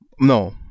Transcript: No